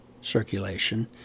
circulation